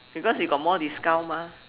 because you got more discount mah